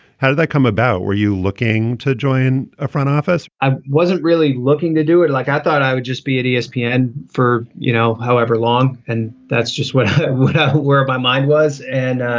how did that come about? were you looking to join a front office? i wasn't really looking to do it like i thought i would just be at espn yeah and for, you know, however long. and that's just what where my mind was. and.